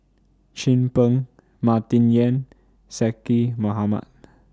Chin Peng Martin Yan Zaqy Mohamad